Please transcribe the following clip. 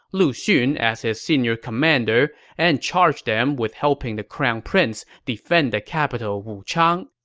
lu xun as his senior commander and charged them with helping the crown prince defend the capital wuchang.